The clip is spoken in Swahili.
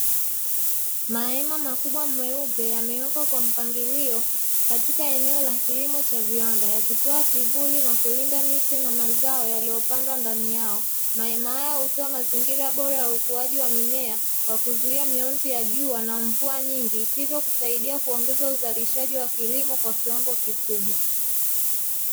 Mahema makubwa meupe yamewekwa kwa mpangilio katika eneo la kilimo cha viwanda yakitoa kivuli na kulinda miche na mazao yaliyopandwa ndani yao, mahema haya hutoa mazingira bora ya ukuaji wa mimea kwa kuzuia mionzi ya jua na mva nyingi hivyo husaidia kuongeza uzalishaji wa kilimo kwa kiwango kikubwa.